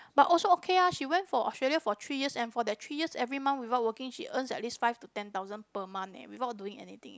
but also okay ah she went for Australia for three years and for that three years every month without working she earns at least five to ten thousand per month eh without doing anything